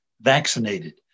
vaccinated